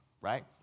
right